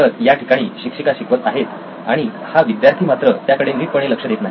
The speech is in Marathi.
तर या ठिकाणी शिक्षिका शिकवत आहेत आणि हा विद्यार्थी मात्र त्याकडे नीटपणे लक्ष देत नाही